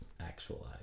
Actualize